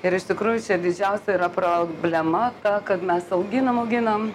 ir iš tikrųjų čia didžiausia yra problema ta kad mes auginam auginam